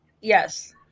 Yes